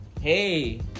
Hey